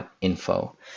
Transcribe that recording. Info